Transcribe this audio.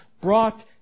brought